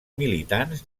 militants